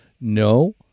no